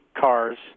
cars